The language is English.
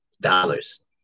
dollars